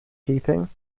keeping